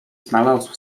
znalazł